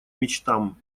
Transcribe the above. мечтам